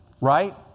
right